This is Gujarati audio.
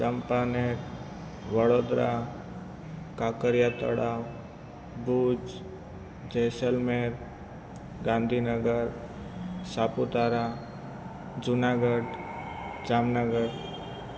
ચંપાનેર વડોદરા કાંકરિયા તળાવ ભૂજ જેસલમેર ગાંધીનગર સાપુતારા જુનાગઢ જામનગર